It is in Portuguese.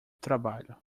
trabalho